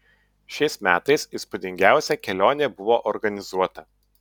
šiais metais įspūdingiausia kelionė buvo organizuota